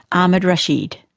ahmed rashid.